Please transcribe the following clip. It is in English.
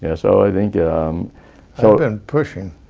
yeah so i think um so and pushing,